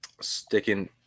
Sticking